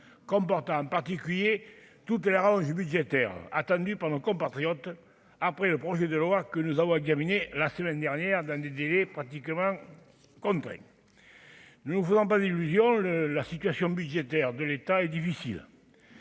comportant particulier toute la rallonge budgétaire attendu pendant compatriotes après le projet de loi que nous avons gamine et la semaine dernière dans des délais pratiquement comme nous faisons pas d'illusions, le la situation budgétaire de l'État est difficile